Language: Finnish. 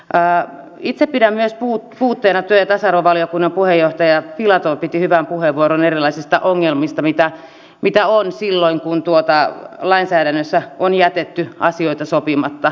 pää itse pidän myös muut työ ja tasa arvovaliokunnan puheenjohtaja filatov piti hyvän puheenvuoron erilaisista ongelmista mitä on silloin kun lainsäädännössä on jätetty asioita sopimatta